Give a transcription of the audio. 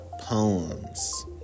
poems